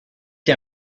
dem